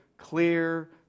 Clear